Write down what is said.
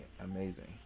Amazing